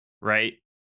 right